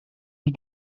het